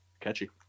Catchy